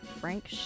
Frank